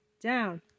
down